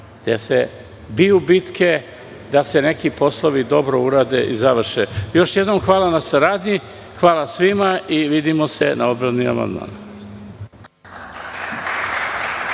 gde se biju bitke da se neki poslovi dobro urade i završe. Još jednom, hvala vam na saradnji. Hvala svima. Vidimo se na odbrani